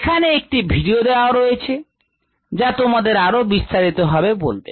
এখানে একটি ভিডিও দেওয়া আছে যা তোমাদের আরও বিস্তারিতভাবে বলবে